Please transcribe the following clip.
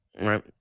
Right